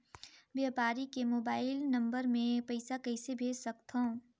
व्यापारी के mobile number मे पईसा कइसे भेज सकथव?